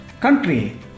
country